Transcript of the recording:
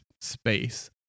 space